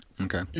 okay